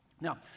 Now